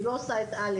היא לא עושה את א'.